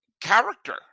character